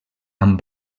amb